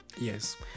yes